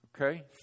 okay